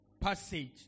passage